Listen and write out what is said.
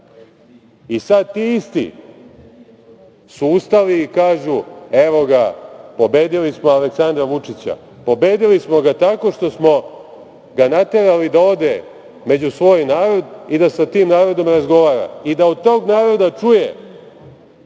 i sada ti isti su ustali i kažu - evo ga, pobedili smo Aleksandra Vučića, pobedili smo ga tako što smo ga naterali da ode među svoj narod i da sa tim narodom razgovara i da od tog naroda čuje